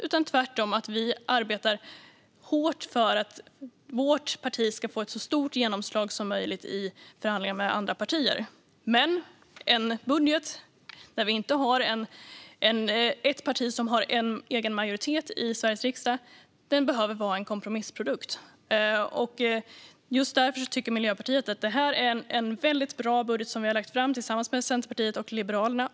Vi arbetar tvärtom hårt för att vårt parti ska få ett så stort genomslag som möjligt i förhandlingar med andra partier. När vi inte har ett parti som har en egen majoritet i Sveriges riksdag behöver en budget vara en kompromissprodukt. Just därför tycker Miljöpartiet att vi har lagt fram en väldigt bra budget tillsammans med Centerpartiet och Liberalerna.